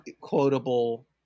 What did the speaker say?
quotable